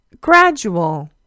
gradual